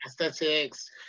aesthetics